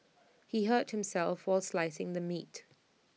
he hurt himself while slicing the meat